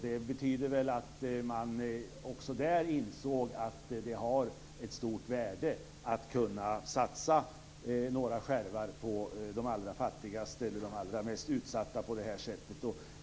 Det betyder väl att man också där insåg att det har ett stort värde att på det här sättet kunna satsa några skärvar på de allra fattigaste och mest utsatta.